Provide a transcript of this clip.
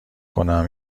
کنم